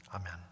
Amen